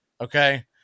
Okay